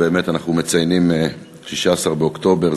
16 באוקטובר,